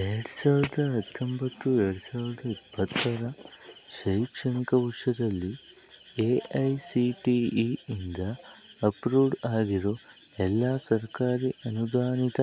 ಎರಡು ಸಾವಿರದ ಹತ್ತೊಂಬತ್ತು ಎರಡು ಸಾವಿರದ ಇಪ್ಪತ್ತರ ಶೈಕ್ಷಣಿಕ ವರ್ಷದಲ್ಲಿ A I C T E ಇಂದ ಅಪ್ರೂವ್ಡ್ ಆಗಿರೋ ಎಲ್ಲ ಸರ್ಕಾರಿ ಅನುದಾನಿತ